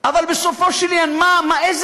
אבל בסופו של עניין מה, מה?